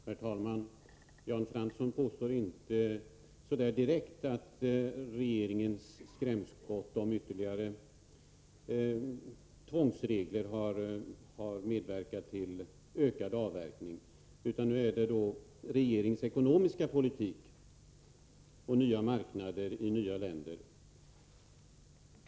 Herr talman! Jan Fransson påstår inte direkt att regeringens skrämskott om ytterligare tvångsregler har medverkat till ökad avverkning, utan den beror på regeringens ekonomiska politik och nya marknader i nya länder.